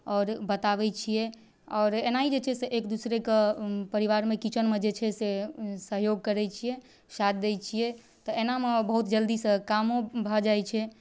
आओर बताबै छिए आओर एनाहिए जे छै से एक दोसराके परिवारमे किचनमे जे छै से सहयोग करै छिए साथ दै छिए तऽ एनामे बहुत जल्दीसँ कामो भऽ जाइ छै